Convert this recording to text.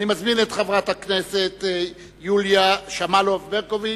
מזמין את חברת הכנסת יוליה שמאלוב-ברקוביץ